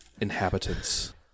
inhabitants